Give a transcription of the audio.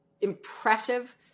impressive